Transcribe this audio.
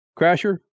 Crasher